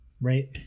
right